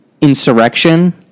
insurrection